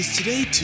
today